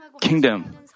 kingdom